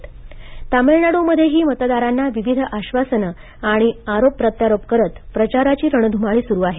तामिळनाड् तामिळनाडूमध्येही मतदारांना विविध आश्वासनं आणि आरोपप्रत्यारोप करत प्रचाराची रणधुमाळी सुरू आहे